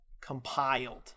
compiled